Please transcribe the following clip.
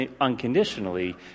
unconditionally